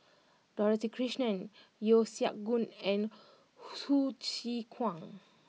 Dorothy Krishnan Yeo Siak Goon and Hsu Tse Kwang